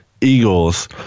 Eagles